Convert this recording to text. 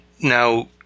now